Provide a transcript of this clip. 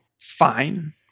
fine